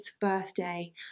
birthday